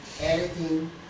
editing